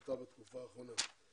עלה בתקופה האחרונה.